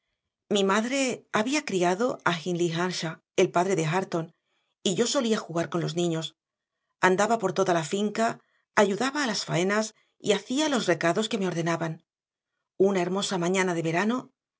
mi madre había criado a hindley earnshaw el padre de hareton y yo solía jugar con los niños andaba por toda la finca ayudaba a las faenas y hacía los recados que me ordenaban una hermosa mañana de verano